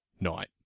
night